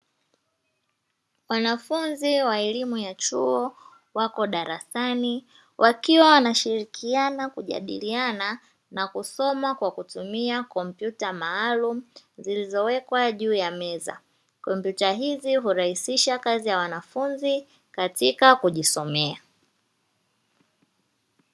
Wanafunzi wa elimu ya chuo wako darasani, wakiwa wanashirikiana kujadiliana na kusoma kwa kutumia kompyuta maalumu zilizowekwa juu ya meza, kompyuta hizi hurahisisha kazi ya wanafunzi katika kujisomea.